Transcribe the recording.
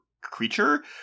creature